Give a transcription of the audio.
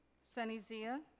sunny zia?